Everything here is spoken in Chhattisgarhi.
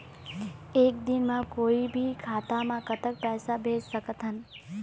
एक दिन म कोई भी खाता मा कतक पैसा भेज सकत हन?